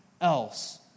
else